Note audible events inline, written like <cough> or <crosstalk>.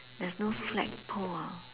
there's no flagpole <noise>